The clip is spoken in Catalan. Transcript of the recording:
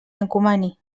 encomani